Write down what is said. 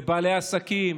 בעלי עסקים,